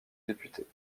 députés